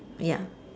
ya